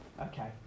Okay